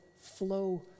flow